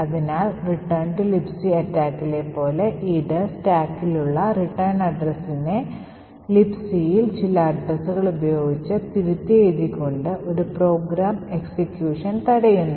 അതിനാൽ Return to Libc attack പോലെ ഇത് സ്റ്റാക്കിലുള്ള റിട്ടേൺ അഡ്രസ്സിനെ Libcയിൽ ചില അഡ്രസ്സുകൾ ഉപയോഗിച്ച് തിരുത്തിയെഴുതിക്കൊണ്ട് ഒരു പ്രോഗ്രാം എക്സിക്യൂഷൻ തടയുന്നു